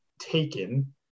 taken